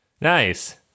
Nice